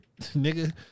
Nigga